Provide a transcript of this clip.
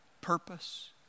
purpose